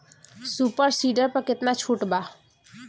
Super seeder पर केतना छूट बा?